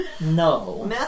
No